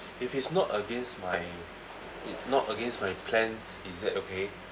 if it's not against my it not against my plans is that okay